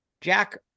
Jack